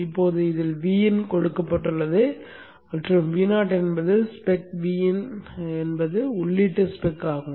இப்போது இதில் Vin கொடுக்கப்பட்டுள்ளது மற்றும் Vo என்பது ஸ்பெக் Vin என்பது உள்ளீடு ஸ்பெக் ஆகும்